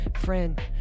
Friend